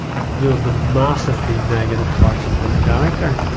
you know, the massively negative parts of his character,